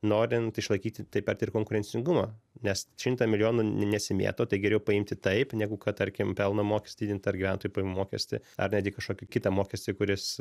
norint išlaikyti taip pat ir konkurencingumą nes šimtą milijonų ne nesimėto tai geriau paimti taip negu kad tarkim pelno mokestį didinti ar gyventojų pajamų mokestį ar kažkokį kitą mokestį kuris